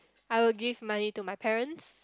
I would give money to my parents